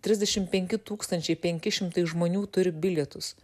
trisdešimt penki tūkstančiai penki šimtai žmonių turi bilietus